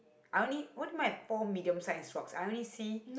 I only what do you my four medium sized rocks I only see